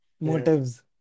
motives